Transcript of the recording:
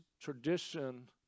tradition